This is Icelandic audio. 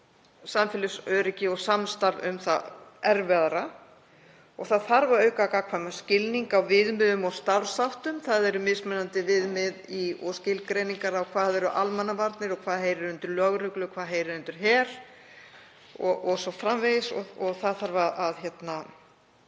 samfélagsöryggi og samstarf um það erfiðara. Það þarf að auka gagnkvæman skilning á viðmiðum og starfsháttum. Það eru mismunandi viðmið og skilgreiningar á því hvað eru almannavarnir og hvað heyrir undir lögreglu, hvað heyrir undir her o.s.frv. Það þarf að skerpa